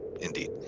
indeed